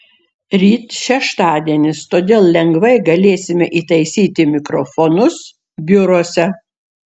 ryt šeštadienis todėl lengvai galėsime įtaisyti mikrofonus biuruose